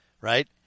right